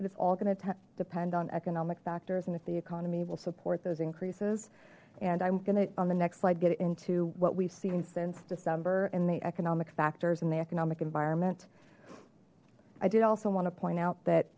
but it's all going to depend on economic factors and if the economy will support those increases and i'm gonna on the next slide get into what we've seen since december and the economic factors in the economic environment i did also want to point out that